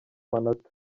manota